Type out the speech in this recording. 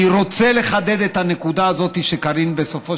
אני רוצה לחדד את הנקודה הזאת שקארין בסופו